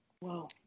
Wow